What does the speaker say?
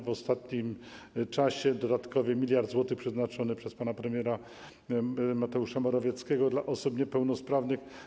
W ostatnim czasie dodatkowy 1 mld zł został przeznaczony przez pana premiera Mateusza Morawieckiego dla osób niepełnosprawnych.